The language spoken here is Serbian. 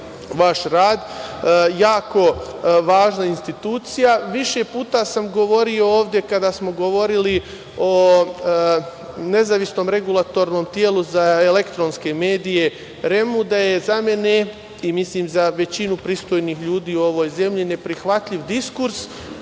vaš rad. Jako važna institucija. Više puta sam govorio ovde, kada smo govorili o nezavisnom regulatornom telu za elektronske medije REM-u, da je za mene i mislim za većinu pristojnih ljudi u ovoj zemlji, neprihvatljiv diskurs